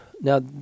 now